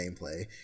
gameplay